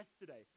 yesterday